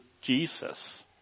Jesus